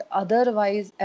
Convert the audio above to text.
otherwise